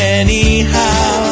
anyhow